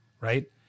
right